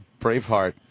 Braveheart